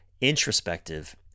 introspective